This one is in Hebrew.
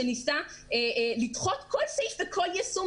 שניסה תמיד לדחות כל סעיף וכל יישום,